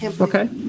Okay